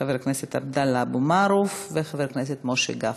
חבר הכנסת עבדאללה אבו מערוף וחבר הכנסת משה גפני,